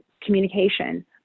communication